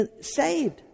saved